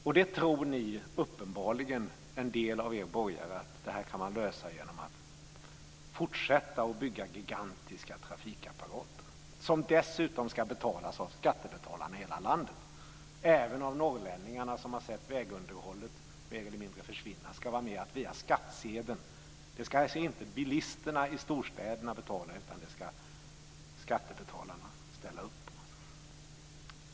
Och en del av er borgare tror uppenbarligen att man kan lösa det här genom att fortsätta att bygga gigantiska trafikapparater, som dessutom ska betalas av skattebetalare i hela landet. Även norrlänningarna, som har sett vägunderhållet mer eller mindre försvinna, ska vara med och via skattsedeln betala detta. Detta ska alltså inte bilisterna i storstäderna betala, utan det ska skattebetalarna ställa upp på.